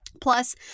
Plus